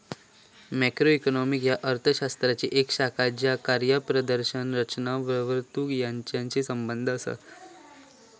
macroeconomics ह्या अर्थ शास्त्राची येक शाखा असा ज्या कार्यप्रदर्शन, रचना, वर्तणूक यांचाशी संबंधित असा